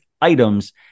items